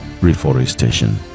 reforestation